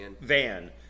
van